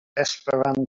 esperanto